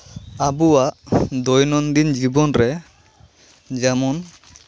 ᱟᱵᱚᱣᱟᱜ ᱫᱳᱭᱱᱚᱱᱫᱤᱱ ᱡᱤᱵᱚᱱ ᱨᱮ ᱡᱮᱢᱚᱱ